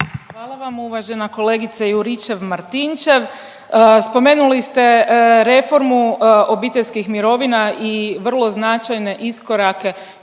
Hvala vam uvažena kolegice Juričev Martinčev. Spomenuli ste reformu obiteljskih mirovina i vrlo značajne iskorake